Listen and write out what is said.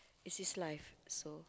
it is life so